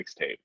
mixtape